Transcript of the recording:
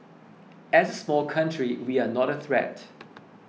as a small country we are not a threat